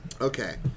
Okay